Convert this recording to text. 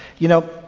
you know,